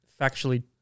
factually